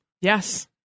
Yes